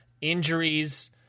Injuries